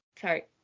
Sorry